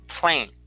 plane